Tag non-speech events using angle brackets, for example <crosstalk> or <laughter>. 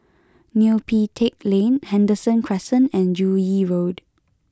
<noise> Neo Pee Teck Lane Henderson Crescent and Joo Yee Road